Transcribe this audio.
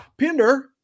Pinder